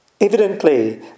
Evidently